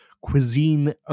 cuisine